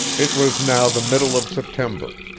it was now the middle of september.